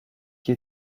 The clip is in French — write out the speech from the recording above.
qui